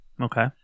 Okay